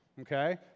okay